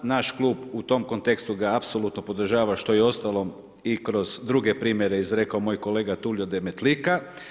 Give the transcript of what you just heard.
Naš klub u tom kontekstu ga apsolutno podržava što je u ostalom i kroz druge primjere izrekao moj kolega Tulio Demetlika.